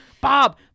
Bob